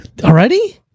Already